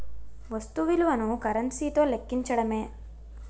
వస్తు విలువను కరెన్సీ తో లెక్కించడమే